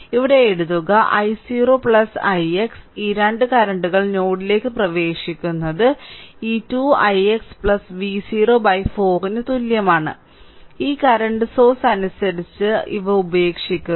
ഇവിടെ എഴുതുക i0 ix ഈ രണ്ട് കറന്റുകൾ നോഡിലേക്ക് പ്രവേശിക്കുന്നത് ഈ 2 ix V0 4 ന് തുല്യമാണ് ഈ കറന്റ് സോഴ്സ് അനുസരിച്ച ഇവ ഉപേക്ഷിക്കുന്നു